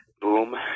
boom